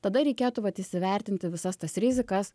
tada reikėtų vat įsivertinti visas tas rizikas